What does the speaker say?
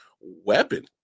weapon